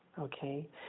Okay